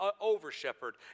over-shepherd